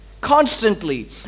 Constantly